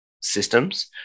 systems